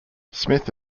smith